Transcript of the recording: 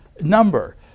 number